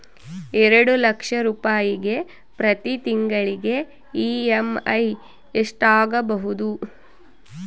ಎರಡು ಲಕ್ಷ ರೂಪಾಯಿಗೆ ಪ್ರತಿ ತಿಂಗಳಿಗೆ ಇ.ಎಮ್.ಐ ಎಷ್ಟಾಗಬಹುದು?